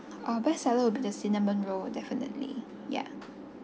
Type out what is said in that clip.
oh best seller will be the cinnamon roll definitely ya